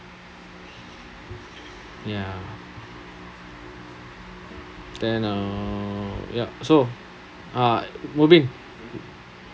ya then uh ya so err mubin